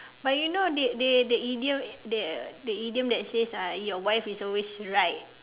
but you know they they they idiom the the idiom that says uh your wife is always right